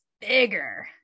bigger